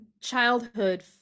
childhood